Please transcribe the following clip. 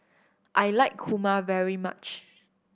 I like kurma very much